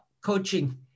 coaching